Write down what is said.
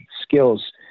skills